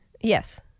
Yes